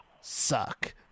suck